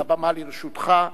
הבמה לרשותך.